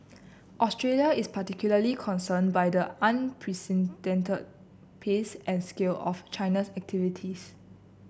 Australia is particularly concerned by the unprecedented pace and scale of China's activities